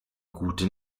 gute